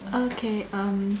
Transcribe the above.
okay um